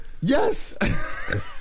Yes